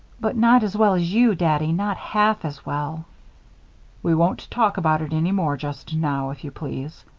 but not as well as you, daddy, not half as well we won't talk about it any more just now, if you please.